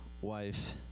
wife